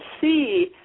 see